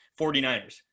49ers